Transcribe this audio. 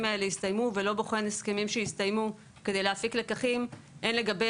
האלה יסתיימו ולא בוחן הסכמים שהסתיימו כדי להפיק לקחים הן לגבי